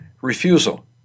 refusal